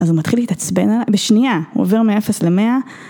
אז הוא מתחיל להתעצבן, בשנייה הוא עובר מ-0 ל-100.